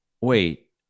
wait